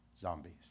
zombies